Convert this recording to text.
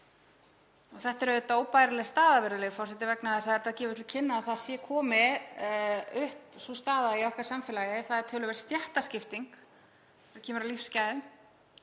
Þetta er auðvitað óbærileg staða, virðulegi forseti, vegna þess að þetta gefur til kynna að það sé komin upp sú staða í okkar samfélagi að það sé töluverð stéttaskipting þegar kemur að lífsgæðum,